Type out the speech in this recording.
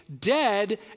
dead